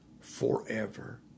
forever